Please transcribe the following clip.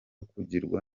kugirwa